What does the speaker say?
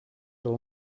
del